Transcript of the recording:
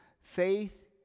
Faith